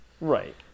Right